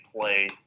play